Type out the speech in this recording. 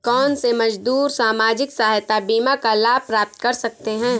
कौनसे मजदूर सामाजिक सहायता बीमा का लाभ प्राप्त कर सकते हैं?